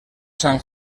san